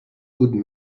good